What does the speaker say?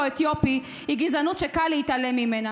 היא רעה חולה, שפוגעת בנשים וגברים כל הזמן.